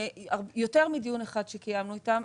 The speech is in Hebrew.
ביותר מדיון אחד שהתקיים איתם,